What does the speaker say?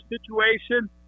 situation